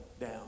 down